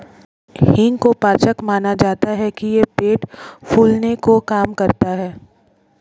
हींग को पाचक माना जाता है कि यह पेट फूलने को कम करता है